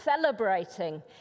celebrating